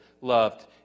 loved